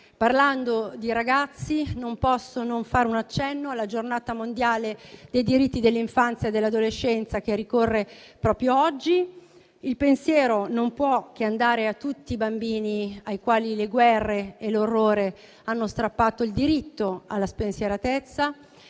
parlando di ragazzi, non posso non fare un accenno alla Giornata mondiale dei diritti dell'infanzia e dell'adolescenza, che ricorre proprio oggi. Il pensiero non può che andare a tutti i bambini ai quali le guerre e l'orrore hanno strappato il diritto alla spensieratezza,